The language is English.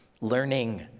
Learning